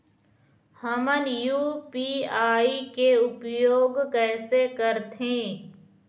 हमन यू.पी.आई के उपयोग कैसे करथें?